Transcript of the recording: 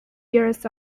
years